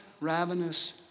ravenous